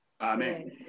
Amen